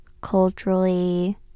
culturally